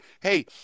Hey